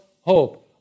hope